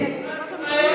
חבר הכנסת גפני.